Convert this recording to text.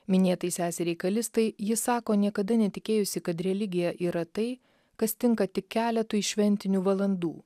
minėtai seseriai kalistai ji sako niekada netikėjusi kad religija yra tai kas tinka tik keletui šventinių valandų